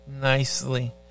nicely